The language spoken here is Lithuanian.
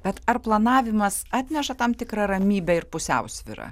bet ar planavimas atneša tam tikrą ramybę ir pusiausvyrą